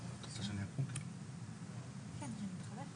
אני יושב פה ומתרגש,